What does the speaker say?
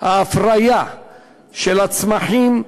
ההפריה של הצמחים,